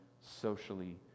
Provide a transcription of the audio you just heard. socially